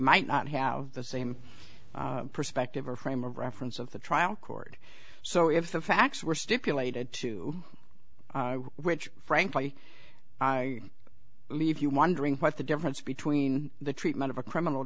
might not have the same perspective or frame of reference of the trial court so if the facts were stipulated to which frankly i mean if you wondering what's the difference between the treatment of a criminal